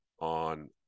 on